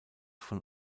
von